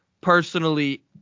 Personally